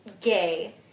gay